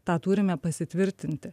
tą turime pasitvirtinti